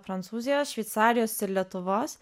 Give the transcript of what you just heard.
prancūzijos šveicarijos ir lietuvos